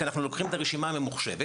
כי אנחנו לוקחים את הרשימה הממוחשבת,